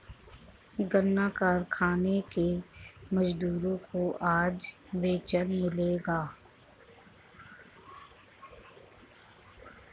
गन्ना कारखाने के मजदूरों को आज वेतन मिलेगा